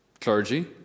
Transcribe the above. clergy